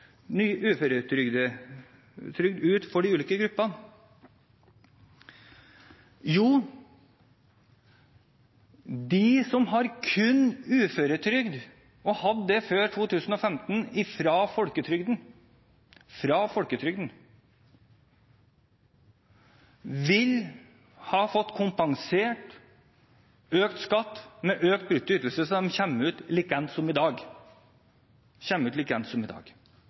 for de ulike gruppene? Jo, de som har kun uføretrygd og hadde det før 2015 fra folketrygden, vil ha fått kompensert økt skatt med økt brutto ytelse, så de kommer ut slik som i dag. Vinnerne av omleggingen er minstepensjonister med gjeld, det er uføre med lav og middels uførepensjon som